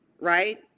right